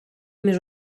més